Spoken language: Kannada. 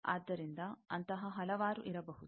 ಆದ್ದರಿಂದ ಅಂತಹ ಹಲವಾರು ಇರಬಹುದು